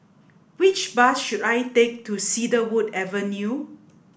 which bus should I take to Cedarwood Avenue